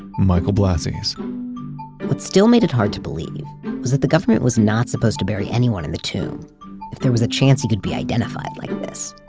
michael blassi's what still made it hard to believe was that the government was not supposed to bury anyone in the tomb if there was a chance that he could be identified like this.